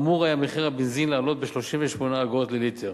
אמור היה מחיר הבנזין לעלות ב-38 אגורות לליטר.